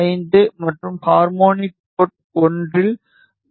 5 மற்றும் harmonic port 1 இல் 4